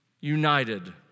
united